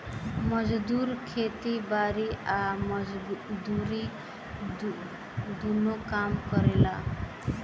मजदूर खेती बारी आ मजदूरी दुनो काम करेले